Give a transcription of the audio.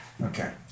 Okay